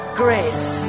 grace